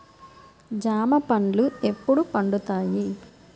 జామ పండ్లు ఎప్పుడు పండుతాయి?